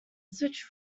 switch